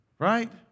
right